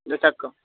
विचारि कऽ